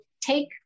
take